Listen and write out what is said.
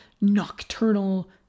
nocturnal